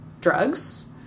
drugs